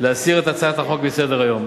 להסיר את הצעת החוק מסדר-היום.